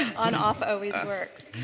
on off always works.